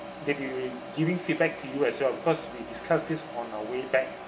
may be giving feedback to you as well because we discussed this on our way back